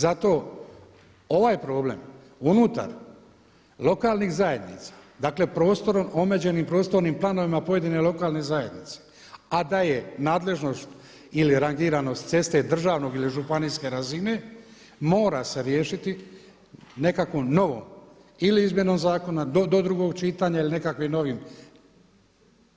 Zato ovaj problem unutar lokalnih zajednica, dakle prostorom, omeđenim prostornim planovima pojedine lokalne zajednice a da je nadležnost ili rangiranost ceste državnog ili županijske razine, mora se riješiti nekakvom novom ili izmjenom zakona do drugog čitanja ili nekakvim novim,